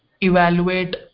evaluate